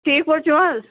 ٹھیٖک پٲٹھۍ چھِو حظ